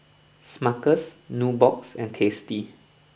Smuckers Nubox and Tasty